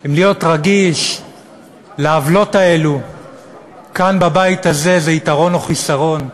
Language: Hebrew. אם להיות רגיש לעוולות האלה כאן בבית הזה זה יתרון או חיסרון,